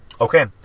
Okay